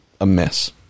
amiss